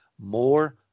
more